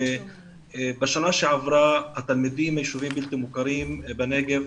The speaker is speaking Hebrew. בשנה שעברה התלמידים מהיישובים הבלתי מוכרים בנגב,